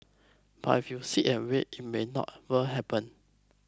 but if you sit and wait it may not were happen